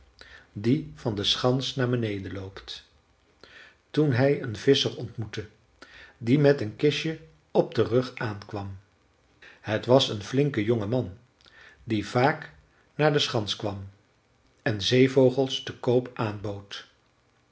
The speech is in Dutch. die van de schans naar beneden loopt toen hij een visscher ontmoette die met een kistje op den rug aankwam het was een flinke jonge man die vaak naar de schans kwam en zeevogels te koop aanbood